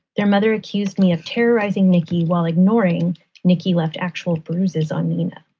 their mother accused me of terrorizing nikki, while ignoring nikki left actual bruises on nina.